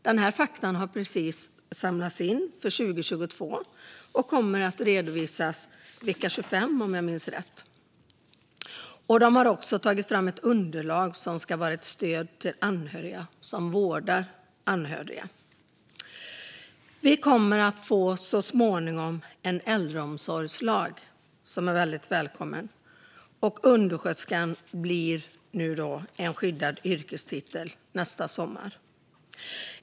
Svaren har precis samlats in och kommer att redovisas vecka 25. Man har också tagit fram ett underlag som ska vara ett stöd för anhöriga som vårdar anhöriga. Vi kommer så småningom att få en äldreomsorgslag, vilket är väldigt välkommet, och nästa sommar bli undersköterska en skyddad yrkestitel.